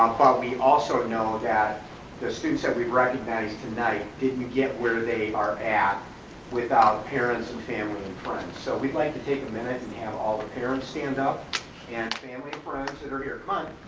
um but we also know that the students that we've recognized tonight didn't get where they are at without parents and family and friends. so we'd like to take a minute and have all the parents stand up and family friends that are here, come